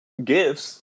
gifts